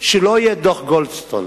שלא יהיה דוח גולדסטון,